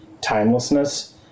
timelessness